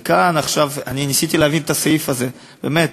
וכאן, עכשיו, ניסיתי להבין את הסעיף הזה, באמת,